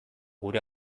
gure